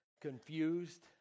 confused